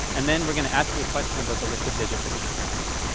and then we're going to ask you a question about the list of digits that you just counted to.